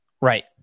Right